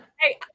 Hey